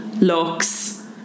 looks